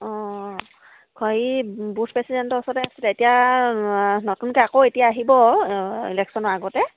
অঁ হেৰি বুচ প্ৰেচিডেণ্টৰ ওচৰতে আছিল এতিয়া নতুনকৈ আকৌ এতিয়া আহিব ইলেকশ্য়নৰ আগতে